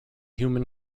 human